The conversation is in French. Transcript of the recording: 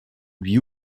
lui